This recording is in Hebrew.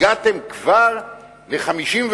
הגעתם כבר ל-41.